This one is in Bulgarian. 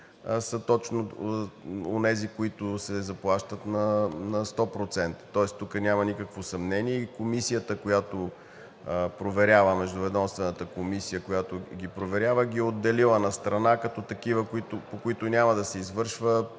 са точно онези, които се заплащат 100%, тоест тук няма никакво съмнение и комисията, която проверява – междуведомствената комисия, която ги проверява, ги е отделила настрана като такива, по които няма да се извършва